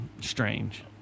strange